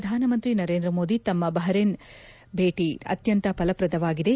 ಪ್ರಧಾನಮಂತ್ರಿ ನರೇಂದ್ರ ಮೋದಿ ತಮ್ಮ ಬಹರೇನ್ ಭೇಟಿ ಅತ್ಯಂತ ಫಲಪ್ರದವಾಗಿದೆ